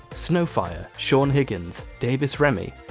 snow fire, sean higgins, davis remmy,